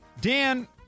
Dan